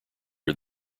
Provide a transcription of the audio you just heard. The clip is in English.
are